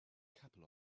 couple